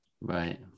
Right